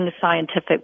scientific